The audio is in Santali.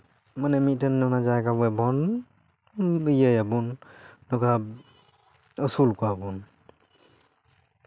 ᱢᱟᱱᱮ ᱢᱤᱫᱴᱮᱱ ᱚᱱᱟ ᱡᱟᱭᱜᱟ ᱫᱚᱵᱚᱱ ᱤᱭᱟᱹᱭᱟᱵᱚᱱ ᱱᱚᱝᱠᱟ ᱟᱹᱥᱩᱞ ᱠᱚᱣᱟ ᱵᱚᱱ